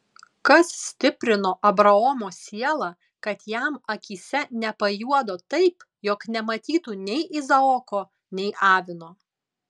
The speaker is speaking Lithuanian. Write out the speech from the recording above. kas stiprino abraomo sielą kad jam akyse nepajuodo taip jog nematytų nei izaoko nei avino